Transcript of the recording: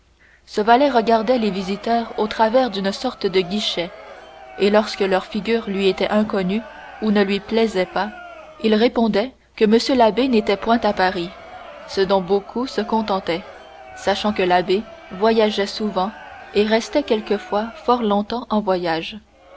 ce valet regardait les visiteurs au travers d'une sorte de guichet et lorsque leur figure lui était inconnue ou ne lui plaisait pas il répondait que m l'abbé n'était point à paris ce dont beaucoup se contentaient sachant que l'abbé voyageait souvent et restait quelquefois fort longtemps en voyage